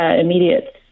immediate